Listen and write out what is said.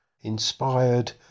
inspired